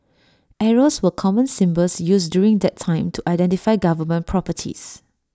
arrows were common symbols used during that time to identify government properties